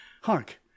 Hark